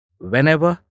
whenever